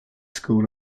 school